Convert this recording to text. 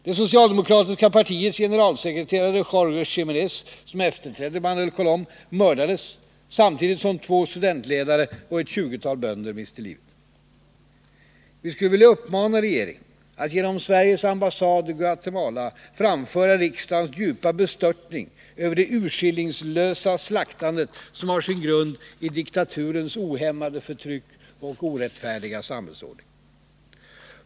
Det socialdemokratiska partiets generalsekreterare Jorge Jimenez, som efterträdde Manuel Colom, mördades samtidigt som två studentledare och ett tjugotal bönder miste livet. Guatemala framföra riksdagens djupa bestörtning över det urskillningslösa slaktandet, som har sin grund i diktaturens ohämmade förtryck och orättfärdiga samhällsordning.